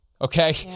Okay